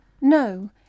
No